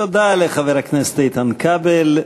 תודה לחבר הכנסת איתן כבל.